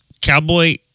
Cowboy